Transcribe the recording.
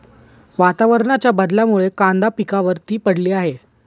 वातावरणाच्या बदलामुळे कांदा पिकावर ती पडली आहे